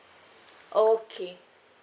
okay